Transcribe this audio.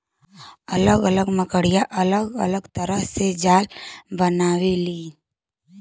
अलग अलग मकड़िया अलग अलग तरह के जाला बनावलीन